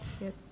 Yes